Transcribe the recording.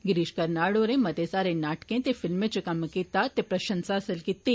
गिरिश कर्नाड होरें मते सारे नाटके ते फिल्में इच कम्म कीता ते प्रशंसा हासिल कीत्ती